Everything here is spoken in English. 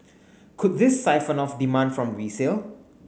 could this siphon off demand from resale